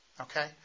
Okay